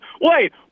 Wait